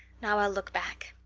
now i'll look back.